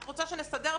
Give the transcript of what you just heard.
אתה רוצה שנסדר בינכם?